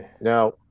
Now